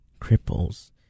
cripples